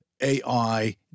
AI